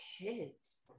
kids